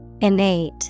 Innate